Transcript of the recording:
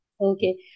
Okay